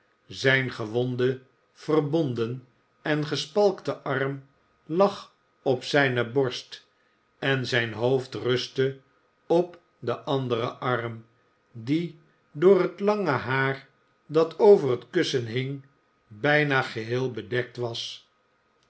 zijn gewonde verbonden en gespalkte arm lag op zijne borst en zijn hoofd rustte op den anderen arm die door het lange haar dat over het kussen hing bijna geheel bedekt was